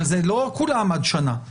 אבל לא כולם עד שנה,